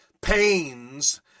pains